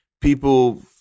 People